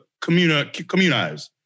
communize